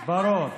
את הכול, ברור.